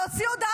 להוציא הוצאת